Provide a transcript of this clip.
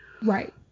right